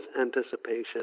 anticipation